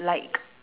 like